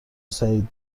سعید